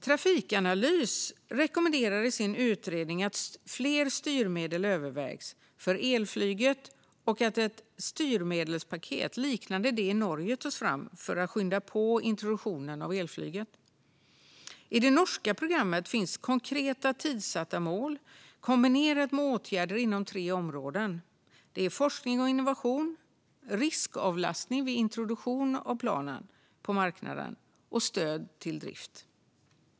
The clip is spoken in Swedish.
Trafikanalys rekommenderar i sin utredning att flera styrmedel övervägs för elflyget och att ett styrmedelspaket, liknande det i Norge, tas fram för att skynda på introduktionen av elflyg. I det norska programmet finns konkreta, tidssatta mål kombinerat med åtgärder inom tre områden: forskning och innovation, riskavlastning vid introduktion av planen på marknaden samt stöd till drift.